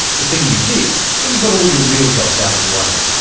the thing you did when you got all your real jobs out of the way.